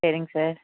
சரிங்க சார்